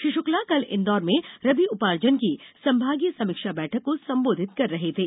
श्री शुक्ला कल इन्दौर में रबी उपार्जन की संभागीय समीक्षा बैठक को संबोधित कर रहे थे